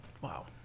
Wow